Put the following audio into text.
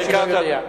למי שלא יודע.